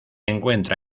encuentra